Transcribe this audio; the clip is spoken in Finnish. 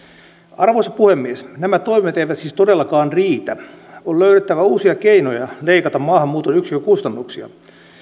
arvoisa puhemies nämä toimet eivät siis todellakaan riitä on löydettävä uusia keinoja leikata maahanmuuton yksikkökustannuksia